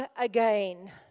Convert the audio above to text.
again